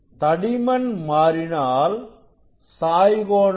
தடிமன் மாறினால் சாய் கோணம்